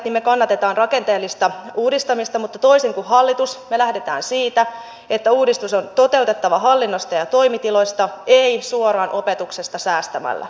me kannatamme rakenteellista uudistamista mutta toisin kuin hallitus me lähdemme siitä että uudistus on toteutettava hallinnosta ja toimitiloista ei suoraan opetuksesta säästämällä